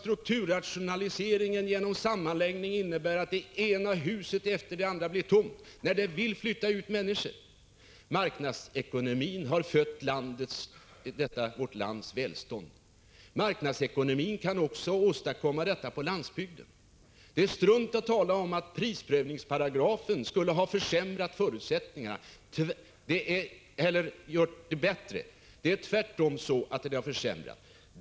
Strukturrationaliseringen genom sammanläggning skall inte få innebära att det ena huset efter det andra skall komma att stå tomt fastän människor vill flytta dit. Marknadsekonomin har fött detta vårt lands välstånd. Marknadsekonomin kan också åstadkomma välstånd på landsbygden. Det är strunt att säga att prisprövningsparagrafen skulle ha förbättrat förhållandena. De har tvärtom försämrats.